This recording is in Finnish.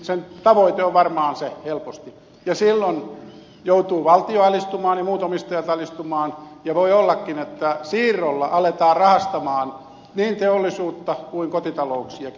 sen tavoite on helposti varmaan se ja silloin joutuu valtio alistumaan ja muut omistajat alistumaan ja voi ollakin että siirrolla aletaan rahastaa niin teollisuutta kuin kotitalouksiakin